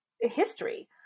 history